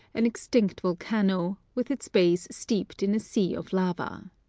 an extinct volcano, with its base steeped in a sea of lava.